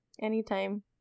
Anytime